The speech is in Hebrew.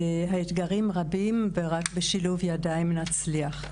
האתגרים רבים, ורק בשילוב ידיים נצליח.